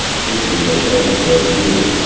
frequently ah changed their view